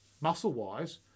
muscle-wise